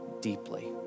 deeply